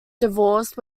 divorced